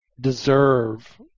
deserve